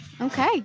okay